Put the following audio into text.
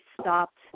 stopped